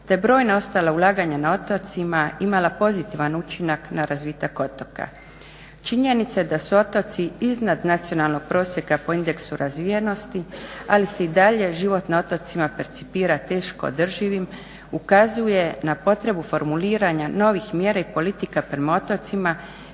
te brojna ostala ulaganja na otocima imala pozitivan učinak na razvitak otoka. Činjenica je da su otoci iznad nacionalnog prosjeka po indeksu razvijenosti ali se i dalje život na otocima percipira teško održivim, ukazuje na potrebu formuliranja novih mjera i politika prema otocima